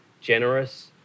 generous